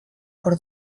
por